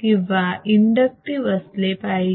किंवा इंडक्टिव्ह असले पाहिजेत